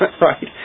right